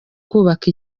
kubaka